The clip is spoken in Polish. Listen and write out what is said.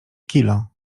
kilo